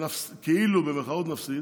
כאילו "נפסיד",